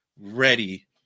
Ready